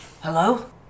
Hello